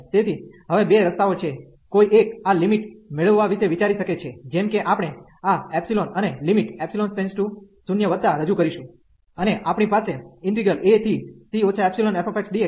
તેથી હવે બે રસ્તાઓ છે કોઈ એક આ લિમિટ મેળવવા વિશે વિચારી શકે છે જેમ કે આપણે આ અને ϵ→0 રજું કરીશું અને આપણી પાસે ac ϵfxdxcϵbfxdx છે